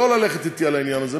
שלא ללכת אתי על העניין הזה.